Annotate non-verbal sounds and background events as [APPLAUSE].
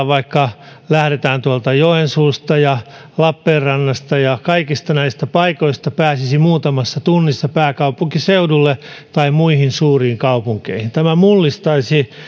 [UNINTELLIGIBLE] vaikka tuolta joensuusta ja lappeenrannasta ja kaikista näistä paikoista pääsisi muutamassa tunnissa pääkaupunkiseudulle tai muihin suuriin kaupunkeihin tämä mullistaisi